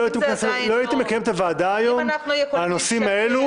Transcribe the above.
לא הייתי מקיים את הישיבה היום על הנושאים האלה,